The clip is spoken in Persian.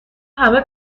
همه